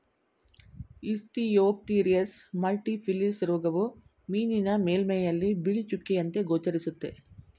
Ichthyophthirius multifiliis ರೋಗವು ಮೀನಿನ ಮೇಲ್ಮೈಯಲ್ಲಿ ಬಿಳಿ ಚುಕ್ಕೆಯಂತೆ ಗೋಚರಿಸುತ್ತೆ